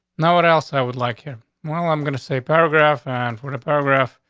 know what else? i would like him. well, i'm gonna say paragraph. and for the paragraph,